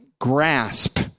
grasp